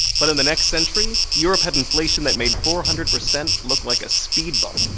but in the next century, europe had inflation that made four hundred percent look like a speed bump.